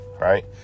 right